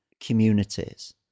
communities